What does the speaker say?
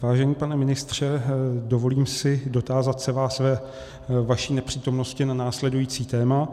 Vážený pane ministře, dovolím si dotázat se vás ve vaší nepřítomnosti na následující téma.